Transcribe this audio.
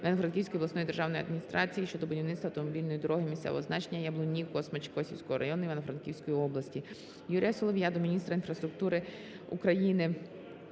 Івано-Франківської обласної державної адміністрації щодо будівництва автомобільної дороги місцевого значення Яблунів - Космач Косівського району Івано-Франківської області. Юрія Солов'я до міністра інфраструктури України,